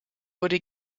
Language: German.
wurde